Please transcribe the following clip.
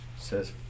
says